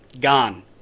gone